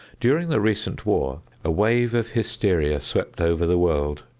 during the recent war a wave of hysteria swept over the world,